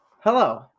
Hello